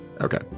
Okay